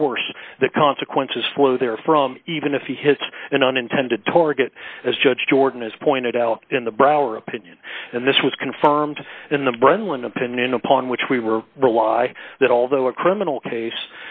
force the consequences flow there from even if he hits an unintended target as judge jordan has pointed out in the brower opinion and this was confirmed in the brendel an opinion upon which we were rely that although a criminal case